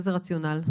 איזה רציונל?